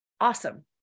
awesome